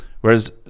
whereas